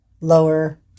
lower